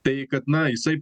tai kad na jisai